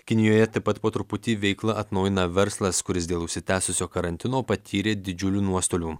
kinijoje taip pat po truputį veiklą atnaujina verslas kuris dėl užsitęsusio karantino patyrė didžiulių nuostolių